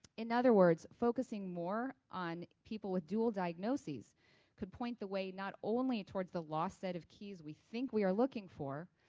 in other words, focusing more on people with dual diagnoses could point the way not only towards the lost set of keys we think we are looking for,